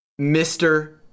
Mr